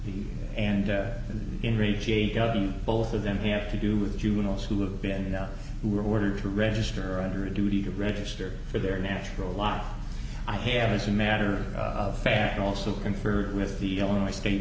the and both of them have to do with juveniles who have been you know who were ordered to register under a duty to register for their natural law i have as a matter of fact also conferred with the illinois state